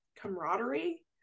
camaraderie